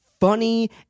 funny